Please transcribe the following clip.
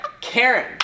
Karen